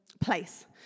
place